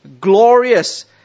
glorious